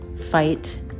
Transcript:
fight